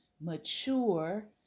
mature